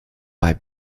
bei